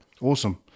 Awesome